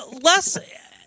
less